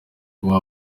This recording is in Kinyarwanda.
kuba